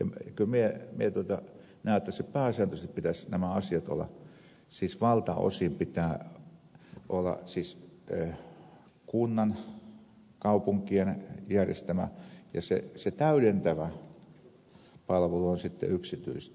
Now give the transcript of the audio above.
kyllä minä näen että pääsääntöisesti näiden asioiden pitäisi olla siis valtaosin pitää olla kunnan kaupunkien järjestämiä ja se täydentävä palvelu on sitten yksityistä